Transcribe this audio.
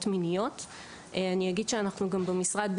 להמשיך את כל מה שאנחנו עושים אבל יותר רחב ויותר משמעותי.